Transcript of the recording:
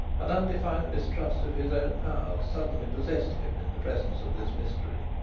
an undefined mistrust of his own powers suddenly possessed him in the presence of this mystery.